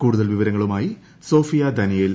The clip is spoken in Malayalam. കൂടുതൽ വിവരങ്ങളുമായി സോഫിയ ഡാനിയേൽ